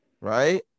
Right